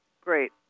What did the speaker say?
great